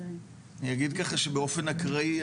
אני אגיד ככה שבאופן אקראי,